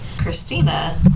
Christina